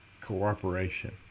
cooperation